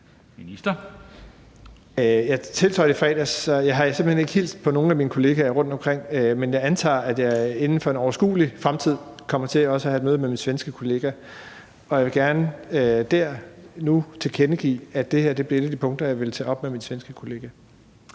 Jeg tiltrådte i fredags, så jeg har simpelt hen ikke hilst på nogen af mine kollegaer rundtomkring, men jeg antager, at jeg inden for en overskuelig fremtid kommer til også at have et møde med min svenske kollega, og jeg vil gerne nu tilkendegive, at det her bliver et af de punkter, jeg vil tage op med min svenske kollega.